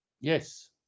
Yes